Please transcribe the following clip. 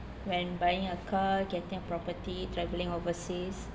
when buying a car getting a property travelling overseas